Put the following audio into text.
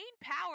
power